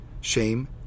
shame